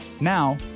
Now